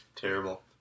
Terrible